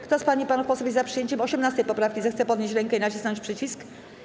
Kto z pań i panów posłów jest za przyjęciem 18. poprawki, zechce podnieść rękę i nacisnąć przycisk.